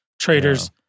traders